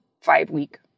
five-week